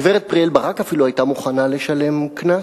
הגברת פריאל-ברק אפילו היתה מוכנה לשלם קנס.